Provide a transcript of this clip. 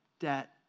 debt